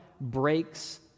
breaks